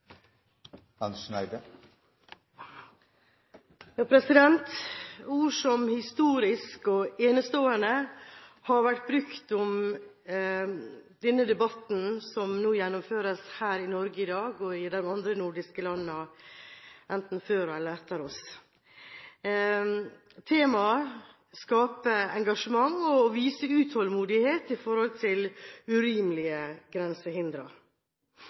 Ord som «historisk» og «enestående» har vært brukt om debatten som gjennomføres her i Norge i dag og i de andre nordiske landene enten før eller etter oss. Temaet skaper engasjement og viser utålmodighet når det gjelder urimelige grensehindre.